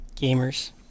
gamers